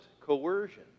coercion